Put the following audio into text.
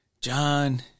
John